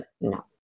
no